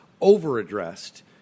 over-addressed